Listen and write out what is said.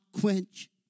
quench